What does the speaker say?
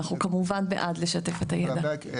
אנחנו כמובן בעד לשתף את הידע.